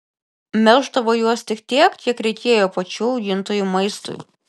melždavo juos tik tiek kiek reikėjo pačių augintojų maistui